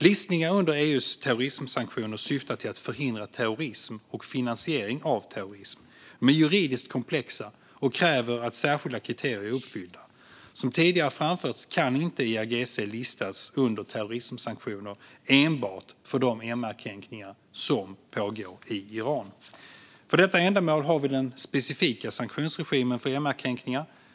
Listningar under EU:s terrorismsanktioner syftar till att förhindra terrorism och finansiering av terrorism. De är juridiskt komplexa och kräver att särskilda kriterier är uppfyllda. Som tidigare framförts kan inte IRGC listas under terrorismsanktioner enbart för de MR-kränkningar som pågår i Iran. För detta ändamål har vi den specifika sanktionsregimen för MR-kränkningar.